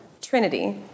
Trinity